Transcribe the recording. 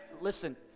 listen